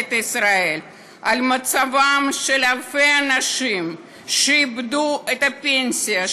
לממשלת ישראל על מצבם של אלפי אנשים שאיבדו את הפנסיה,